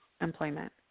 employment